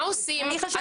את